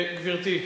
גברתי.